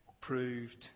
proved